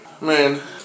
Man